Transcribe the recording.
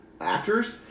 actors